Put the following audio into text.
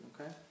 Okay